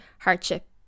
hardship